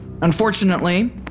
Unfortunately